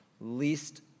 least